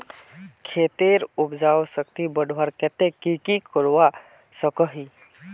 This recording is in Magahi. खेतेर उपजाऊ शक्ति बढ़वार केते की की करवा सकोहो ही?